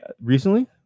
Recently